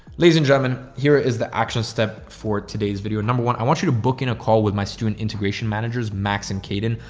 ladies and gentlemen, here is the action step for today's video. number one, i want you to book in a call with my student integration managers, max and caden.